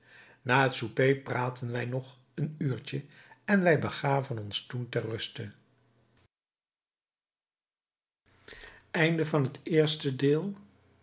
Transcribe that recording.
na het souper praatten wij nog een uurtje en wij begaven ons toen ter ruste